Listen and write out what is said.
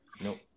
Nope